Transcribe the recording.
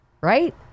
right